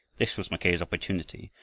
this was mackay's opportunity,